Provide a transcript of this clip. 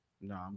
No